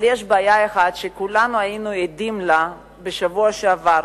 אבל יש בעיה אחת שכולנו היינו עדים לה בשבוע שעבר,